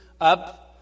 up